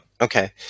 Okay